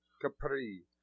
Capri